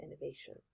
innovation